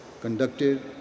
conducted